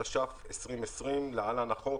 התש״ף 2020 (להלן החוק),